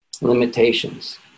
limitations